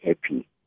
happy